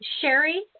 Sherry